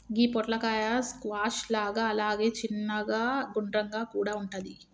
గి పొట్లకాయ స్క్వాష్ లాగా అలాగే చిన్నగ గుండ్రంగా కూడా వుంటది